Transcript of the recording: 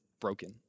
broken